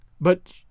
But